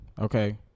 okay